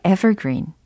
Evergreen